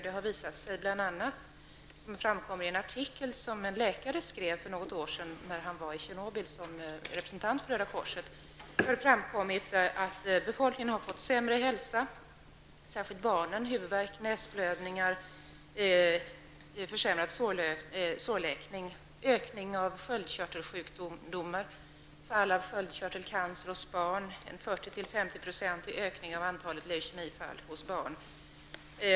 Det har bl.a. framkommit i en artikel som skrevs för något år sedan av en läkare, som var i Tjernobyl som representant för Röda korset, att befolkningen har fått sämre hälsa, särskilt barnen -- huvudvärk, näsblödningar, försämrad sårläkning, ökning av sköldkörtelsjukdomar, fall av sköldkörtelcancer hos barn och en 40--50-procentig ökning av antalet leukemifall hos barn.